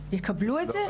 יקבלו את זה?